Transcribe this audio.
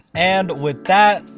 and with that,